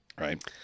Right